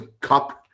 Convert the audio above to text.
Cup